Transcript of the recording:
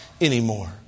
anymore